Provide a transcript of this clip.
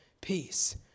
peace